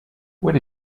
where